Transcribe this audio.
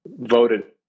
voted